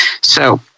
So-